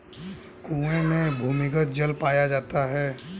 कुएं में भूमिगत जल पाया जाता है